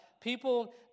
people